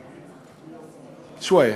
שוואיה,